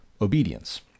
obedience